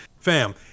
fam